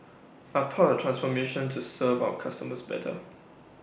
are part transformation to serve our customers better